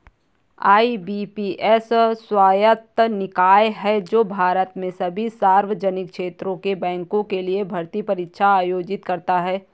IBPS स्वायत्त निकाय है जो भारत में सभी सार्वजनिक क्षेत्र के बैंकों के लिए भर्ती परीक्षा आयोजित करता है